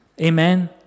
amen